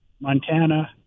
Montana